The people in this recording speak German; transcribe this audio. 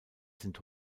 sind